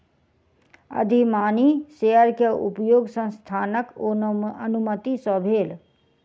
अधिमानी शेयर के उपयोग संस्थानक अनुमति सॅ भेल